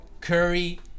Curry